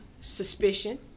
suspicion